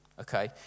okay